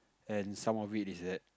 and some of it is that